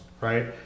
right